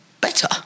better